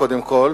קודם כול,